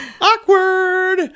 Awkward